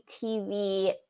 TV